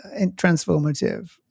transformative